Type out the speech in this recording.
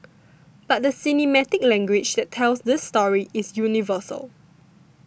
but the cinematic language that tells this story is universal